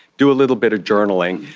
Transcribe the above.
do a little bit of journaling,